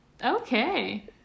okay